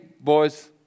boys